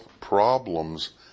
problems